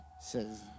Says